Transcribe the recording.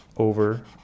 over